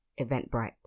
Eventbrite